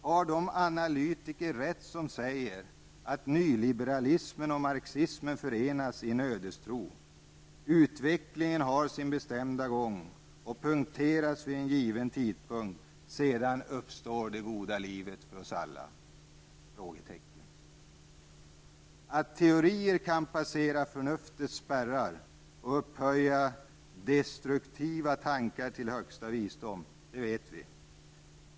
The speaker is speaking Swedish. Har de analytiker rätt som säger att nyliberalismen och marxismen förenas i en ödestro? Utvecklingen har sin bestämda gång och punkteras vid en given tidpunkt. Sedan uppstår det goda livet för oss alla. Är det så? Att teorier kan passera förnuftets spärrar och upphöja destruktiva tankar till högsta visdom -- det vet vi.